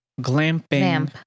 Glamping